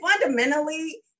fundamentally